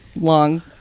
long